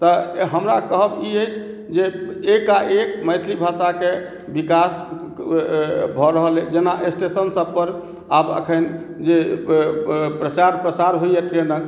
तऽ हमरा कहब ई अछि जे एकाएक मैथिली भाषाके विकास भऽ रहल अइ जेना स्टेशनसभ पर आब एखन जे प्रचार प्रसार होइए ट्रेनक